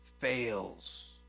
fails